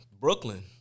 Brooklyn